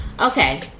Okay